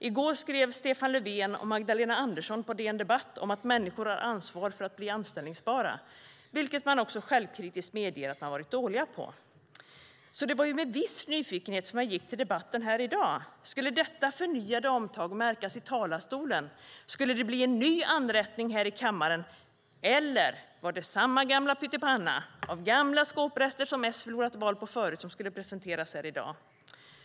I går skrev Stefan Löfven och Magdalena Andersson på DN Debatt att människor har ansvar för att bli anställbara, vilket man också självkritiskt medger att man varit dålig med. Det var ju med viss nyfikenhet som jag gick till debatten här i dag. Skulle detta förnyade omtag märkas i talarstolen? Skulle det bli en ny anrättning här i kammaren eller var det samma gamla pyttipanna av gamla skåprester som S förlorat val på förut som skulle presenteras här i dag?